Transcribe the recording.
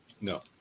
No